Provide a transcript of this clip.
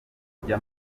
mutuma